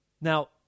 Now